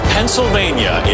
Pennsylvania